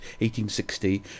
1860